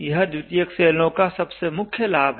यह द्वितीयक सेलों का सबसे मुख्य लाभ है